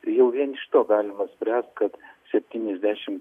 jau vien iš to galima spręst kad septyniasdešimt